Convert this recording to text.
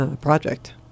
project